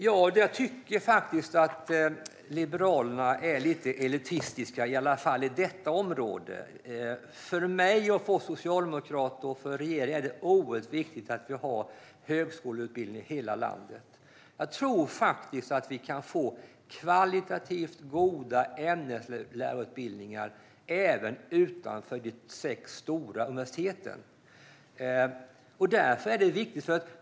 Ja, jag tycker faktiskt att Liberalerna är lite elitistiska, i alla fall på detta område. För mig, Socialdemokraterna och regeringen är det oerhört viktigt att vi har högskoleutbildning i hela landet. Jag tror faktiskt att vi kan få kvalitativt goda ämneslärarutbildningar även utanför de sex stora universiteten. Därför är detta viktigt.